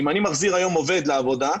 אם אני מחזיר היום עובד לעבודה,